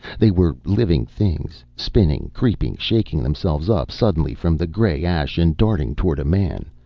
they were living things, spinning, creeping, shaking themselves up suddenly from the gray ash and darting toward a man,